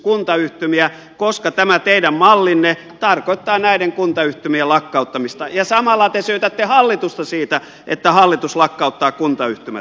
kuntayhtymiä koska tämä teidän mallinne tarkoittaa näiden kuntayhtymien lakkauttamista ja samalla te syytätte hallitusta siitä että hallitus lakkauttaa kuntayhtymät